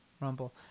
rumble